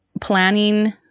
planning